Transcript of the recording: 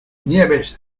nieves